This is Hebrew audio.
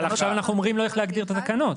אבל עכשיו אנחנו אומרים לו איך להגדיר את התקנות.